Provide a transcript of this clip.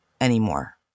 anymore